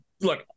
look